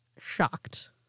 shocked